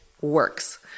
works